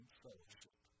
fellowship